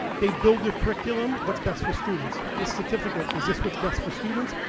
they build their curriculum, what's best for students? the certificate, is this what's best for students?